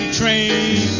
train